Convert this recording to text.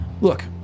Look